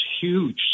huge